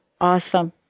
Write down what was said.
Awesome